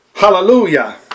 hallelujah